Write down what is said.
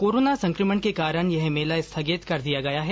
corona संक्रमण के कारण यह मेला स्थगित किया गया है